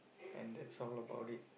and that's all about it